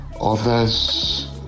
Others